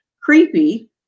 Creepy